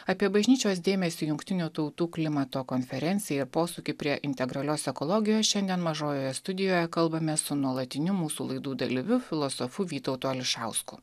apie bažnyčios dėmesį jungtinių tautų klimato konferencijai ir posūkį prie integralios ekologijos šiandien mažojoje studijoje kalbamės su nuolatiniu mūsų laidų dalyviu filosofu vytautu ališausku